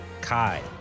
Kai